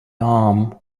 arm